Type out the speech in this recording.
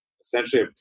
essentially